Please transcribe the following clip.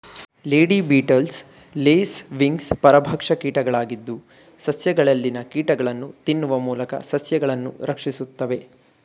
lady beetles, lacewings ಪರಭಕ್ಷ ಕೀಟಗಳಾಗಿದ್ದು, ಸಸ್ಯಗಳಲ್ಲಿನ ಕೀಟಗಳನ್ನು ತಿನ್ನುವ ಮೂಲಕ ಸಸ್ಯಗಳನ್ನು ರಕ್ಷಿಸುತ್ತದೆ